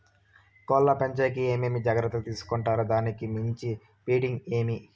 కోళ్ల పెంచేకి ఏమేమి జాగ్రత్తలు తీసుకొంటారు? దానికి మంచి ఫీడింగ్ ఏమి?